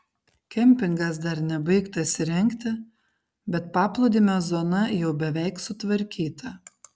kempingas dar nebaigtas įrengti bet paplūdimio zona jau beveik sutvarkyta